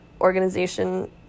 organization